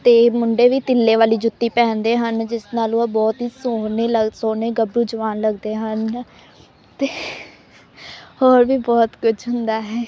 ਅਤੇ ਮੁੰਡੇ ਵੀ ਤਿੱਲੇ ਵਾਲੀ ਜੁੱਤੀ ਪਹਿਨਦੇ ਹਨ ਜਿਸ ਨਾਲ ਉਹ ਬਹੁਤ ਹੀ ਸੋਹਣੇ ਲੱ ਸੋਹਣੇ ਗੱਭਰੂ ਜਵਾਨ ਲੱਗਦੇ ਹਨ ਅਤੇ ਹੋਰ ਵੀ ਬਹੁਤ ਕੁਛ ਹੁੰਦਾ ਹੈ